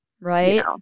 Right